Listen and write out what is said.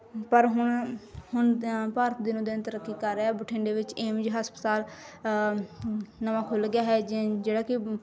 ਪਰ ਹੁਣ ਹੁਣ ਦ ਭਾਰਤ ਦਿਨੋ ਦਿਨ ਤਰੱਕੀ ਕਰ ਰਿਹਾ ਬਠਿੰਡੇ ਵਿੱਚ ਏਮਜ ਹਸਪਤਾਲ ਨਵਾਂ ਖੁੱਲ੍ਹ ਗਿਆ ਹੈ ਜਿ ਜਿਹੜਾ ਕਿ